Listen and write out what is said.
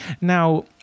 now